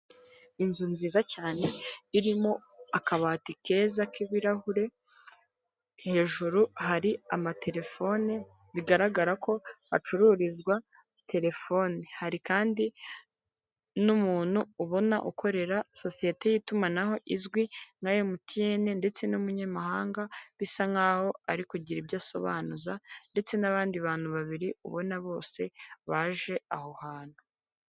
Inzu nziza cyane irimo akabati keza k'ibirahure hejuru hari amatelefone bigaragara ko hacururizwa telefone hari kandi n'umuntu ubona ukorera sosiyete y'itumanaho izwi nka MTN ndetse n'umunyamahanga bisa nkaho ari kugira ibyo asobanuza , ndetse n'abandi bantu babiri ubona bose baje aho hantu .